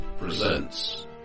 presents